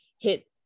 hit